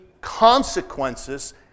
consequences